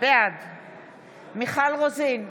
בעד מיכל רוזין,